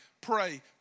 pray